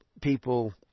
people